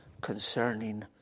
concerning